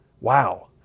Wow